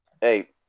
Hey